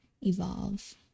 evolve